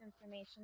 information